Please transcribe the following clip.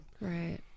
Right